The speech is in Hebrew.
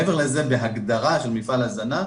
מעבר לזה, בהגדרה של מפעל הזנה,